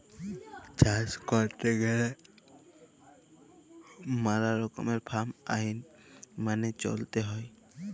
চাষ ক্যইরতে গ্যালে ম্যালা রকমের ফার্ম আইল মালে চ্যইলতে হ্যয়